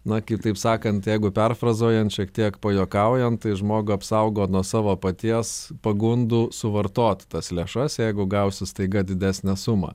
na kitaip sakant jeigu perfrazuojant šiek tiek pajuokaujant tai žmogų apsaugo nuo savo paties pagundų suvartot tas lėšas jeigu gausi staiga didesnę sumą